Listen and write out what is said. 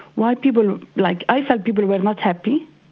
why people like i said people were not happy,